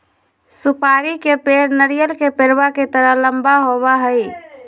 सुपारी के पेड़ नारियल के पेड़वा के तरह लंबा होबा हई